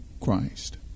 Christ